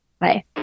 bye